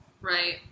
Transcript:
Right